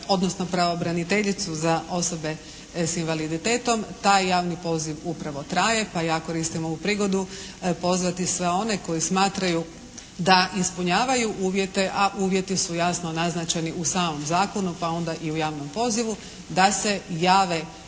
odnosno pravobraniteljicu za osobe sa invaliditetom. Taj javni poziv upravo traje, pa ja koristim ovu prigodu pozvati sve one koji smatraju da ispunjavaju uvjete, a uvjeti su jasno naznačeni u samom zakonu pa onda i u javnom pozivu da se jave